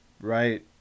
Right